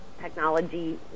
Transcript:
technology